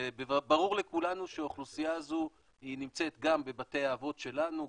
ברור לכולנו שהאוכלוסייה הזו נמצאת גם בבתי האבות שלנו,